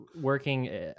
Working